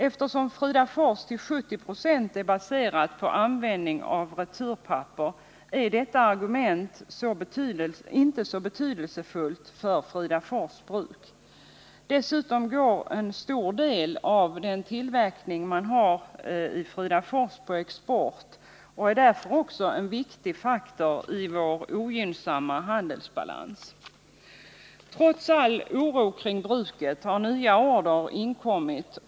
Eftersom Fridafors till 70 0 är baserat på användning av returpapper är detta argument inte så betydelsefullt för Fridafors Bruk. Dessutom går en stor del av tillverkningen på export och är därför en viktig faktor i vår ogynnsamma handelsbalans. Trots all oro kring bruket har nya order inkommit.